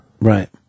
Right